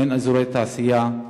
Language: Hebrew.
אין אזורי תעשייה,